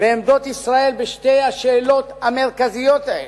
בעמדות ישראל בשתי השאלות המרכזיות האלה,